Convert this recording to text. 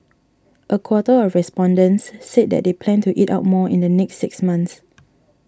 a quarter of respondents said that they plan to eat out more in the next six months